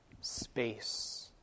space